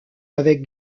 avec